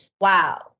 Wow